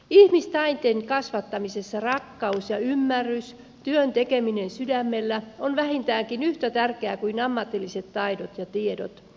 ihmistainten kasvattamisessa rakkaus ja ymmärrys työn tekeminen sydämellä on vähintäänkin yhtä tärkeää kuin ammatilliset taidot ja tiedot